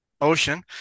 ocean